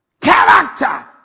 Character